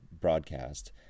broadcast